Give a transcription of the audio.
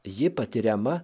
ji patiriama